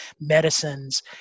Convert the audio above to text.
medicines